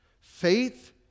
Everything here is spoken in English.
faith